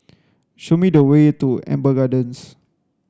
show me the way to Amber Gardens